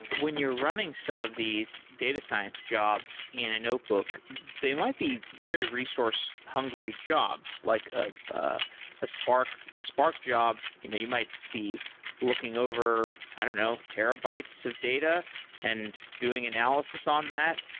when you're running some of these data science jobs in a notebook, they might be very resource-hungry jobs, like ah ah ah a spark job, you know you might be looking over i don't know, terabytes of data and doing analysis on that,